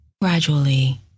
gradually